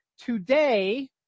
today